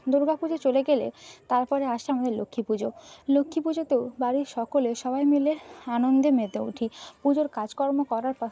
দুর্গা পুজো চলে গেলে তারপরে আসে আমাদের লক্ষ্মী পুজো লক্ষ্মী পুজোতেও বাড়ির সকলে সবাই মিলে আনন্দে মেতে উঠি পুজোর কাজকর্ম করার পা